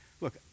look